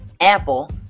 Apple